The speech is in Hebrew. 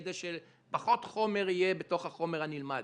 כדי שפחות חומר יהיה בתוך החומר הנלמד.